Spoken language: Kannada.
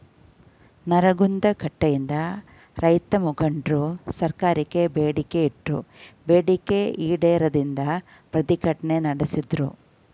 ನರಗುಂದ ಘಟ್ನೆಯಿಂದ ರೈತಮುಖಂಡ್ರು ಸರ್ಕಾರಕ್ಕೆ ಬೇಡಿಕೆ ಇಟ್ರು ಬೇಡಿಕೆ ಈಡೇರದಿಂದ ಪ್ರತಿಭಟ್ನೆ ನಡ್ಸುದ್ರು